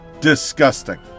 disgusting